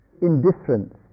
indifference